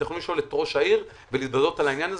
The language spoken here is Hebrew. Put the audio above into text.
אתם יכולים לשאול את ראש העיר ולבדוק את העניין הזה.